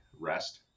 rest